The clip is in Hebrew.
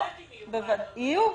את לא יודעת אם יהיו ועדות --- יהיו,